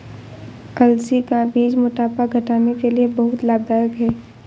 अलसी का बीज मोटापा घटाने के लिए बहुत लाभदायक है